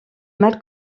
mal